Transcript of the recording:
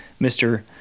Mr